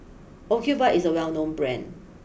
Ocuvite is a well known Brand